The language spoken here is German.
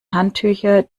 handtücher